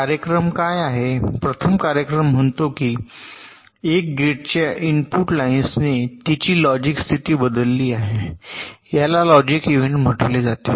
कार्यक्रम काय आहेत प्रथम कार्यक्रम म्हणतो की एक गेटच्या इनपुट लाईन्सने तिची लॉजिक स्थिती बदलली आहे याला लॉजिक इव्हेंट म्हटले जाते